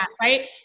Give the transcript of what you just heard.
Right